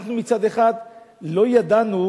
אנחנו מצד אחד לא ידענו